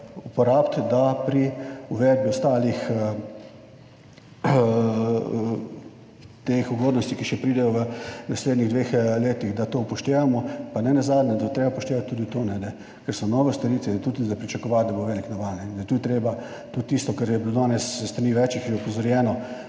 uporabiti, da pri uvedbi ostalih teh ugodnosti, ki še pridejo v naslednjih dveh letih, da to upoštevamo, pa nenazadnje, da je treba upoštevati tudi to, da ker so nove storitve in je tudi za pričakovati, da bo velik naval in da to je treba tudi tisto, kar je bilo danes s strani več že opozorjeno,